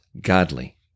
godly